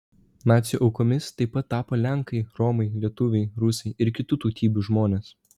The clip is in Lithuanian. nacių aukomis taip pat tapo lenkai romai lietuviai rusai ir kitų tautybių žmonės